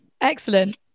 excellent